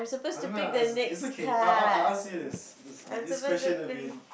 is okay I'll I'll I'll ask you this this question will be